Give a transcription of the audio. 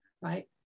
Right